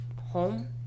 home